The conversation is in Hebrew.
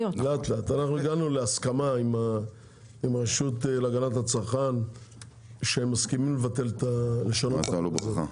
אנחנו הגענו להסכמה עם הרשות להגנת הצרכן שהם מסכימים לשנות את זה,